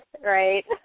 right